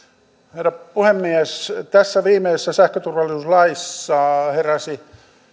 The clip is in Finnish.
herra puhemies tässä viimeisessä sähköturvallisuuslaissa heräsivät